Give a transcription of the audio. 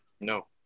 No